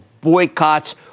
boycotts